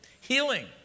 Healing